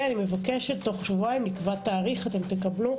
אני מבקשת תוך שבועיים נקבע תאריך, תקבלו.